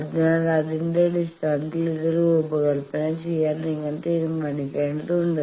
അതിനാൽ അതിന്റെ അടിസ്ഥാനത്തിൽ ഇത് രൂപകൽപ്പന ചെയ്യാൻ നിങ്ങൾ തീരുമാനിക്കേണ്ടതുണ്ട്